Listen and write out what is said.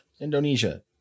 Indonesia